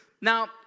Now